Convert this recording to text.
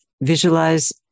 visualize